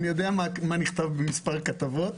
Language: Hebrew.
אני יודע מה נכתב במספר כתבות.